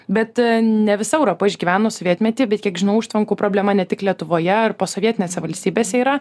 bet ne visa europa išgyveno sovietmetį bet kiek žinau užtvankų problema ne tik lietuvoje ar posovietinėse valstybėse yra